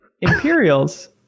Imperials